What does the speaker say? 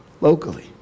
locally